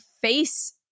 face